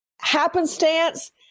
happenstance